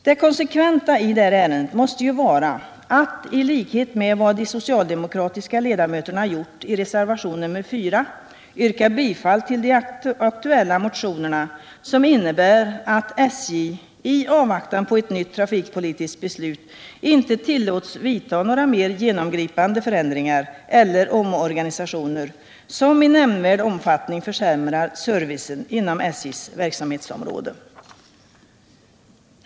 Det konsekventa i det här ärendet måste ju vara att i likhet med vad de socialdemokratiska ledamöterna föreslår i reservationen 4 yrka bifall till de aktuella motionerna, som innebär att SJ i avvaktan på ett nytt trafikpolitiskt beslut inte tillåts vidta några mer genomgripande förändringar eller omorganisationer som i nämnvärd omfattning försämrar servicen inom SJ:s verksamhetsområde.